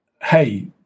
hey